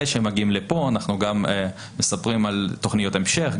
שהם מגיעים לפה אנחנו מספרים גם על תכניות המשך,